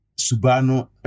Subano